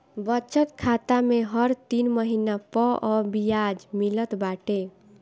बचत खाता में हर तीन महिना पअ बियाज मिलत बाटे